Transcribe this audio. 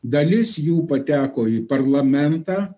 dalis jų pateko į parlamentą